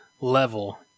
level